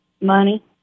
Money